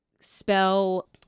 spell